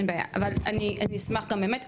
גם אני אשמח, באמת.